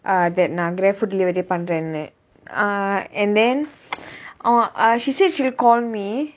uh that நான்:naan Grab food delivery பண்றேன்னு:pandraennu uh and then orh err she said she will call me